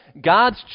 God's